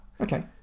okay